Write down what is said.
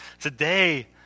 Today